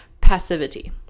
passivity